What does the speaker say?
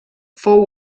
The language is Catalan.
fou